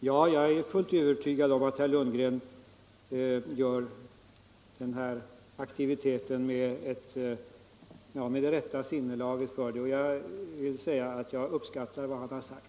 Herr talman! Jag är helt övertygad om att herr Lundgren bedriver denna aktivitet med det rätta sinnelaget, och jag vill säga att jag uppskattar vad han här har sagt.